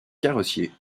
carrossier